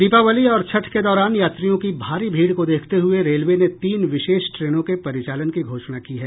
दीपावली और छठ के दौरान यात्रियों की भारी भीड़ को देखते हुए रेलवे ने तीन विशेष ट्रेनों के परिचालन की घोषणा की है